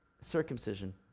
circumcision